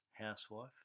housewife